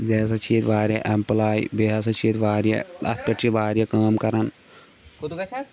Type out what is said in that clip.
بیٚیہِ ہَسا چھِ ییٚتہِ واریاہ اٮ۪مپٕلاے بیٚیہِ ہَسا چھِ ییٚتہِ واریاہ اَتھ پٮ۪ٹھ چھِ واریاہ کٲم کَران